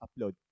upload